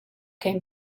came